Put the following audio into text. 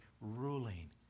ruling